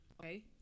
Okay